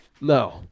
No